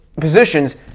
positions